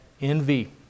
envy